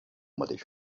mateix